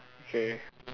okay